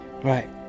right